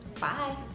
Bye